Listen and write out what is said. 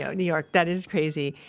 yeah new york, that is crazy.